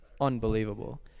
unbelievable